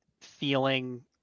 feeling